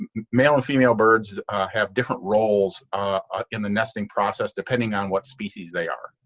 male and female birds have different roles in the nesting process, depending on what species they are.